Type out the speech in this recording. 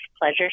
pleasure